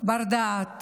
בר-דעת